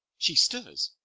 she stirs